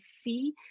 see